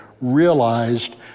realized